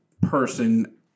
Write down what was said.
person